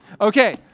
Okay